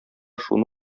шуны